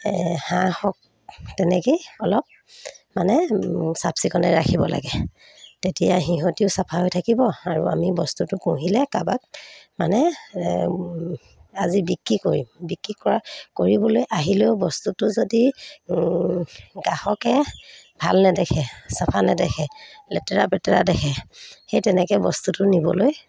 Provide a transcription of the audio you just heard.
হাঁহ হওক তেনেকেই অলপ মানে চাফ চিকুণে ৰাখিব লাগে তেতিয়া সিহঁতিও চাফা হৈ থাকিব আৰু আমি বস্তুটো কুঁহিলে কাবাক মানে আজি বিক্ৰী কৰিম বিক্ৰী কৰা কৰিবলৈ আহিলেও বস্তুটো যদি গ্ৰাহকে ভাল নেদেখে চাফা নেদেখে লেতেৰা পেতেৰা দেখে সেই তেনেকৈ বস্তুটো নিবলৈ